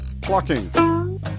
plucking